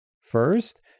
First